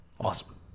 awesome